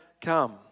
come